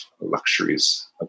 luxuries